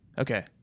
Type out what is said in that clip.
Okay